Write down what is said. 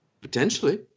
Potentially